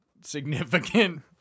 significant